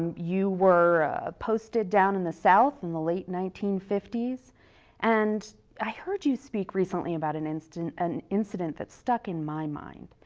and you were posted down in the south in the late nineteen fifty s and i heard you speak recently about an incident an incident that stuck in my mind.